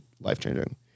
life-changing